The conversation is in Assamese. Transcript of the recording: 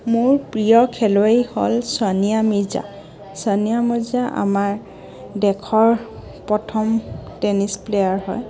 মোৰ প্ৰিয় খেলুৱৈ হ'ল ছানিয়া মিৰ্জা ছানিয়া মিৰ্জা আমাৰ দেশৰ প্ৰথম টেনিছ প্লেয়াৰ হয়